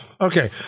Okay